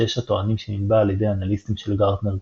שיש הטוענים שנטבע על ידי אנליסטים של Gartner Group.